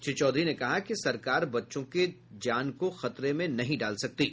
श्री चौधरी ने कहा कि सरकार बच्चों की जान को खतरे में नहीं डाल सकती है